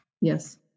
Yes